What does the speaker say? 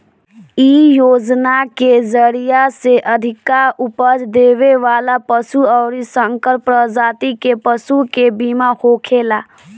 इ योजना के जरिया से अधिका उपज देवे वाला पशु अउरी संकर प्रजाति के पशु के बीमा होखेला